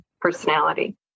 personality